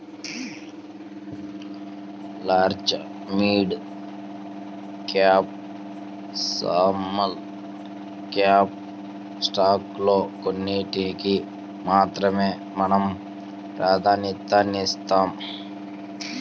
large, mid cap, small cap స్టాకుల్లో కొన్నిటికి మాత్రమే మనం ప్రాధన్యతనిస్తాం